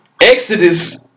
Exodus